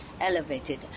elevated